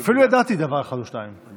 ואפילו ידעתי דבר אחד או שניים.